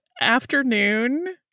afternoon